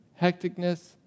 hecticness